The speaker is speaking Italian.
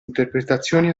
interpretazioni